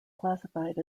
classified